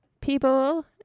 people